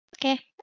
Okay